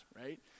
right